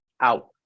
out